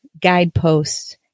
Guideposts